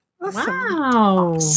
Wow